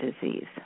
disease